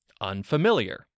unfamiliar